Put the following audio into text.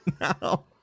now